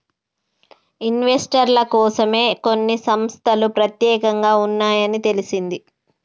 ఇన్వెస్టర్ల కోసమే కొన్ని సంస్తలు పెత్యేకంగా ఉన్నాయని తెలిసింది